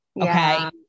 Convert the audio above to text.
Okay